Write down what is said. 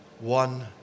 One